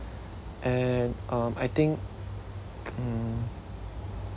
and um I think hmm